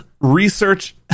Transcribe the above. research